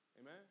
Amen